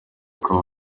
uko